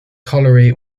colliery